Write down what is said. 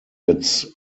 its